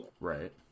Right